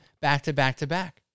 back-to-back-to-back